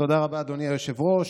תודה רבה, אדוני היושב-ראש.